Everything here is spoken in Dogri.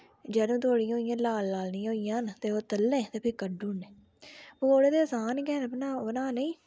जैह्लूं तोड़ी ओह् इ'यां लाल लाल निं होई जान ते ओह् तलने ते फ्ही कड्डी ओड़ने पकौड़े ते असान गै न बना बनानेईं